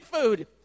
food